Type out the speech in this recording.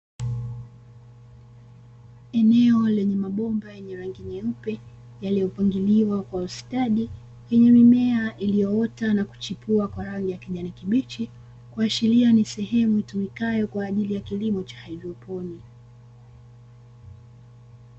Eneo lenye mabomba yenye rangi nyeupe yaliyopangiliwa kwa ustadi, yenye mimea iliyoota na kuchipua kwa rangi ya kijani kibichi, kuashiria ni sehemu itumikayo kwa ajili ya kilimo cha haidroponi.